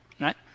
right